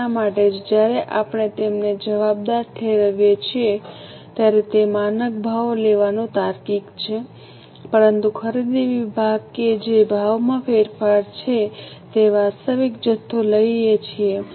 એટલા માટે જ જ્યારે આપણે તેમને જવાબદાર ઠેરવીએ છીએ ત્યારે તે માનક ભાવો લેવાનું તાર્કિક છે પરંતુ ખરીદી વિભાગ કે જે ભાવમાં ફેરફાર છે તે વાસ્તવિક જથ્થો લઈએ છીએ